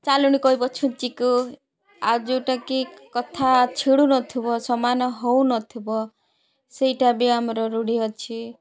ଚାଲୁଣି କହିବ ଛୁଞ୍ଚିକୁ ଆଉ ଯେଉଁଟାକି କଥା ଛିଡ଼ୁନଥିବ ସମାନ ହେଉନଥିବ ସେଇଟା ବି ଆମର ରୂଢ଼ି ଅଛି